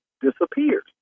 disappears